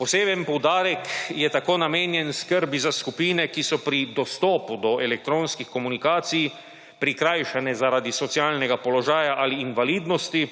Poseben poudarek je tako namenjen skrbi za skupine, ki so pri dostopu do elektronskih komunikacij prikrajšane zaradi socialnega položaja ali invalidnosti,